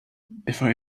before